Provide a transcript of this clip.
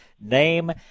name